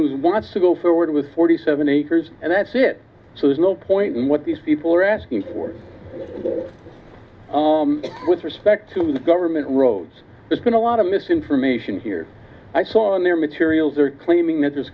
who's wants to go forward with forty seven acres and that's it so there's no point in what these people are asking for with respect to the government roads there's going to lot of misinformation here i saw in their materials are claiming that there's